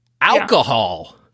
alcohol